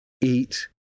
eat